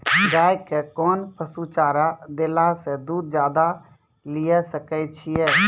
गाय के कोंन पसुचारा देला से दूध ज्यादा लिये सकय छियै?